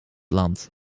land